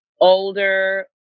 older